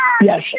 Yes